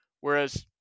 Whereas